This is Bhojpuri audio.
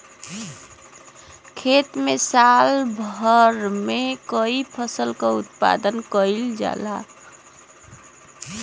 खेत में साल भर में कई फसल क उत्पादन कईल जाला